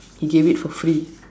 he gave it for free